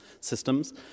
systems